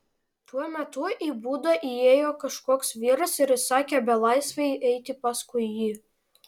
tuo metu į būdą įėjo kažkoks vyras ir įsakė belaisvei eiti paskui jį